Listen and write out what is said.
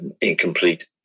incomplete